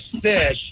fish